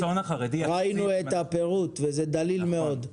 ראינו את הפירוט וזה דליל מאוד.